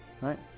right